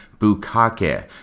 Bukake